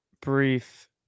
Brief